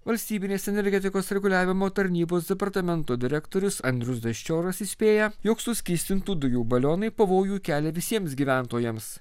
valstybinės energetikos reguliavimo tarnybos departamento direktorius andrius daščioras įspėja jog suskystintų dujų balionai pavojų kelia visiems gyventojams